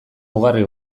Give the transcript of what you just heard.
mugarri